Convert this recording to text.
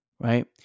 right